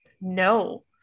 no